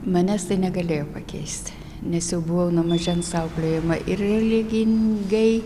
manęs tai negalėjo pakeist nes jau buvau nuo mažens auklėjama ir religingai